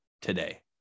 today